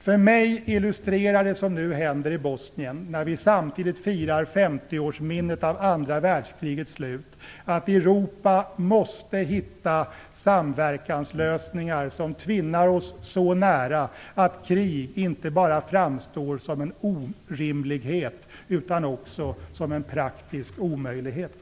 För mig illustrerar det som nu händer i Bosnien, när vi samtidigt firar 50-årsminnet av andra världskrigets slut, att Europa måste hitta samverkanslösningar som tvinnar oss så nära att krig inte bara framstår som en orimlighet utan också som en praktisk omöjlighet.